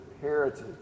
heritage